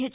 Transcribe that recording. H